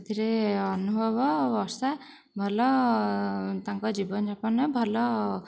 ସେଥିରେ ଅନୁଭବ ଆଉ ବର୍ଷା ଭଲ ତାଙ୍କ ଜୀବନ ଯାପନ ଭଲ